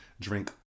Drink